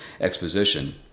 Exposition